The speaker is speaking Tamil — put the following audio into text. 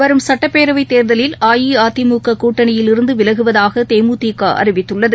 வரும் சுட்டப்பேரவைத் தேர்தலில் அஇஅதிமுககூட்டனியிலிருந்துவிலகுவதாகதேமுதிகஅறிவித்துள்ளது